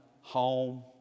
home